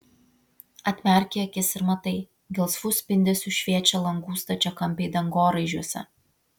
atmerki akis ir matai gelsvu spindesiu šviečia langų stačiakampiai dangoraižiuose